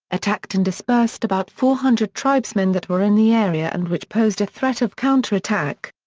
attacked and dispersed about four hundred tribesmen that were in the area and which posed a threat of counterattack.